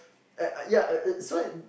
uh uh ya so